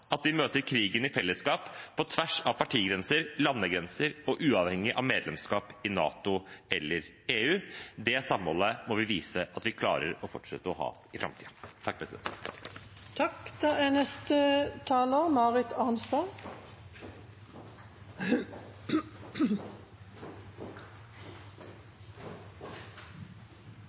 at vi møter krigen i fellesskap på tvers av partigrenser, landegrenser og uavhengig av medlemskap i NATO eller EU. Det samholdet må vi vise at vi klarer å fortsette å ha i